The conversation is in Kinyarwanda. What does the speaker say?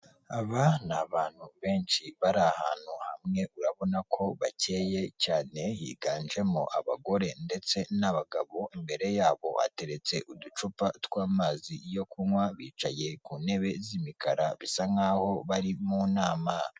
Aba ni abantu benshi bari ahantu hamwe urabona ko bakeye cyane higanjemo abagore ndetse n'abagabo, imbere yabo bateretse uducupa tw'amazi yo kunywa bicaye ku ntebe z'imikara bisa nk'aho bari mu nama.